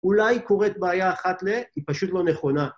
אולי קורית בעיה אחת ל... היא פשוט לא נכונה.